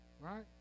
right